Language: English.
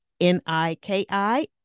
N-I-K-I